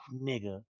nigga